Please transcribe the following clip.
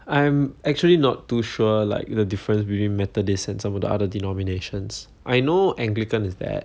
I'm actually not too sure like the difference between methodists and some of the other denominations I know anglican is that